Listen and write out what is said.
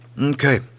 Okay